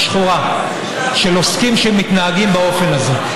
שחורה של עוסקים שמתנהגים באופן הזה.